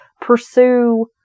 pursue